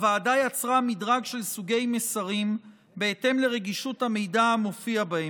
הוועדה יצרה מדרג של סוגי מסרים בהתאם לרגישות המידע המופיע בהם,